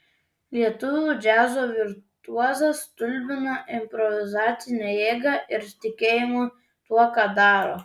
lietuvių džiazo virtuozas stulbina improvizacine jėga ir tikėjimu tuo ką daro